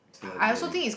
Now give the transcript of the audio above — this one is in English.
luxury